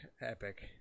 epic